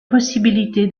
possibilité